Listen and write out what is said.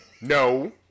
no